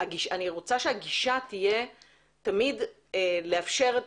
אני רוצה שהגישה תהיה תמיד לאפשר את